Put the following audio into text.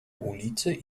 ulicy